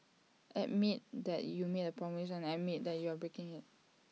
admit that you made A promise and admit that you are breaking him